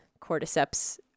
cordyceps